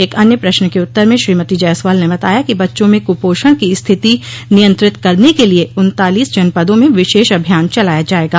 एक अन्य प्रश्न के उत्तर में श्रीमती जायसवाल ने बताया कि बच्चों में कुपोषण की स्थिति नियंत्रित करने के लिए उन्तालीस जनपदों में विशेष अभियान चलाया जायेगा